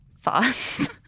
thoughts